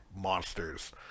monsters